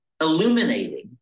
illuminating